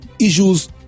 issues